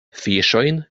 fiŝojn